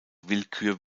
willkür